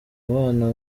bana